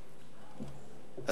בבקשה.